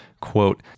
quote